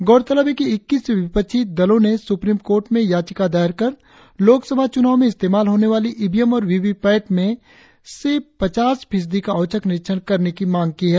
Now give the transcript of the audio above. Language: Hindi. गौरतलब है कि इक्कीस विपक्षी दलों ने सुप्रीम कोर्ट में याचिका दायर कर लोकसभा चुनाव में इस्तेमाल होने वाली इवीएम और वी वी पैट में से पचास फीसदी का औचक निरीक्षण करने की मांग की है